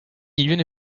even